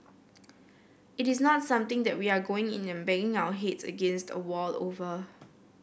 it is not something that we are going in and banging our heads against a wall over